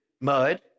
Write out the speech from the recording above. mud